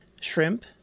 shrimp